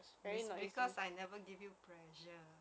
it's because I never give you pressure